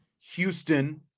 Houston